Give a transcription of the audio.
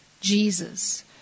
Jesus